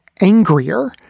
angrier